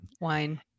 wine